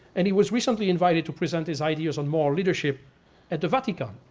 and he was recently invited to present his ideas on moral leadership at the vatican.